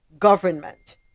government